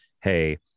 Hey